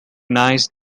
nice